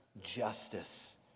justice